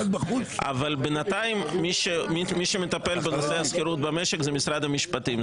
אבל בינתיים מי שמטפל בנושא השכירות במשק זה משרד המשפטים,